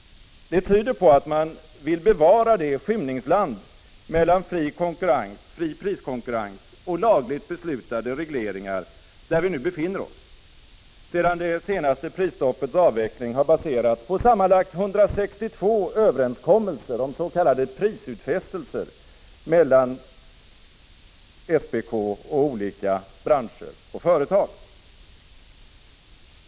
Det tyder på att man vill bevara det skymningsland mellan fri priskonkurrens och lagligt beslutade regleringar där vi nu befinner oss, sedan det senaste prisstoppets avveckling har baserats på sammanlagt 162 överenskommelser om s.k. prisutfästelser mellan SPK och olika branscher och företag.